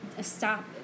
stop